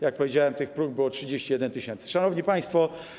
Jak powiedziałem, tych prób było 31 tys. Szanowni Państwo!